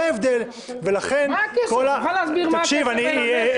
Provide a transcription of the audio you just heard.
ההצעה שלך